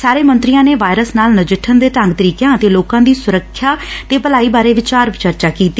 ਸਾਰੇ ਮੰਤਰੀਆਂ ਨੇ ਵਾਇਰਸ ਨਾਲ ਨਜਿੱਠਣ ਦੇ ਢੰਗ ਤਰੀਕਿਆਂ ਅਤੇ ਲੋਕਾਂ ਦੀ ਸੁਰੱਖਿਆ ਤੇ ਭਲਾਈ ਬਾਰੇ ਵਿਚਾਰ ਚਰਚਾ ਕੀਤੀ